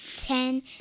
ten